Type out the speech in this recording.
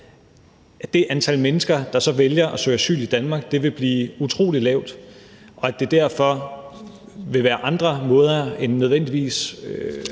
at komme til Europa og så vælger at søge asyl i Danmark, bliver utrolig lavt, og at det derfor vil være andre måder end nødvendigvis